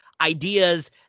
ideas